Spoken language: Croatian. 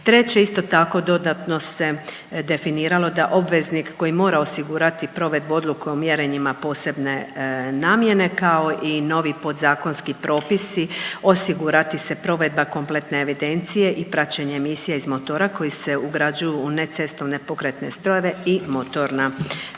2023. Isto tako dodatno se definiralo da obveznik koji mora osigurati provedbu odluku o mjerenjima posebne namjene, kao i novi podzakonski propisi, osigurati se provedba kompletne evidencije i praćenje emisija iz motora koji se ugrađuju u necestovne pokretne strojeve i motorna